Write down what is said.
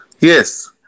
yes